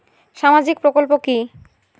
সামাজিক প্রকল্প কি?